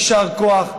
יישר כוח,